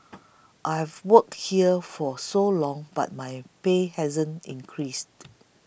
I've worked here for so long but my pay hasn't increased